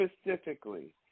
specifically